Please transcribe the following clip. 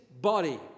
body